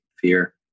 fear